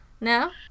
No